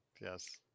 yes